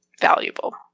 valuable